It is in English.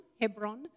Hebron